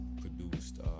produced